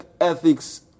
ethics